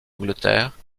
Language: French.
angleterre